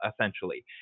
essentially